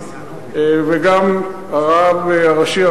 וגם הרב הראשי,